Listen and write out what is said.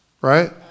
right